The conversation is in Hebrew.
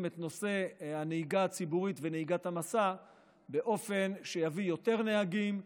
את נושא הנהיגה הציבורית ונהיגת המשא באופן שיביא יותר נהגים,